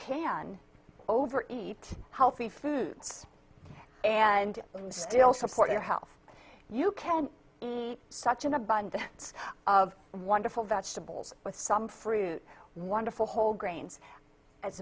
can over eat healthy foods and when still support your health you can eat such an abundance of wonderful vegetables with some fruit wonderful whole grains as